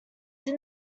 did